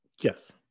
Yes